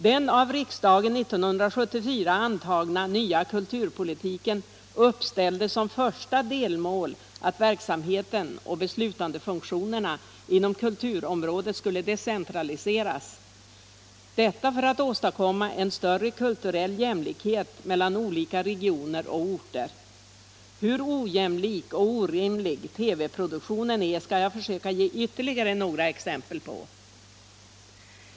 Den av riksdagen 1974 antagna nya kulturpolitiken uppställde som första delmål att verksamheten och beslutsfunktionerna inom kulturområdet skulle decentraliseras för att åstadkomma en större kulturell jämlikhet mellan olika regioner och orter. Hur ojämlik och orimlig TV-produktionen är skall jag försöka ge ytterligare några exempel på.